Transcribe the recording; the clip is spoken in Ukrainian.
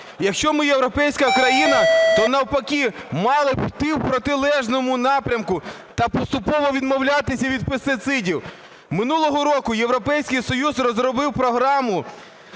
Якщо ми європейська країна, то навпаки, мали б йти в протилежному напрямку та поступово відмовлятися від пестицидів. Минулого року Європейський Союз розробив програму